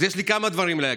אז יש לי כמה דברים להגיד.